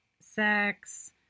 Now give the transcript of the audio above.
sex